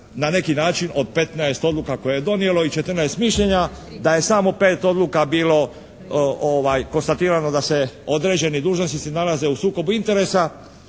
na neki način od petnaest odluka koje je donijelo i četrnaest mišljenja, da je samo pet odluka bilo konstatirano da se određeni dužnosnici nalaze u sukobu interesa